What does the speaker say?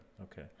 Okay